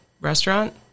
restaurant